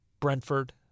Brentford